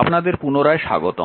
আপনাদের পুনরায় স্বাগতম